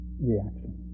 reaction